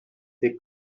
they